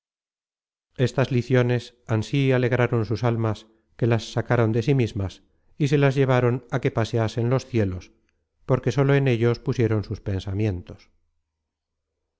estas liciones ansí alegraron sus almas que las sacaron de sí mismas y se las llevaron á que paseasen los cielos porque sólo en ellos pusieron sus pensamientos